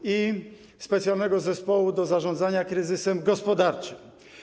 PC. ...i specjalnego zespołu do zarządzania kryzysem gospodarczym.